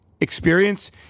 experience